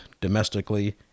domestically